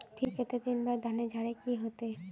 फिर केते दिन बाद धानेर झाड़े के होते?